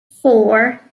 four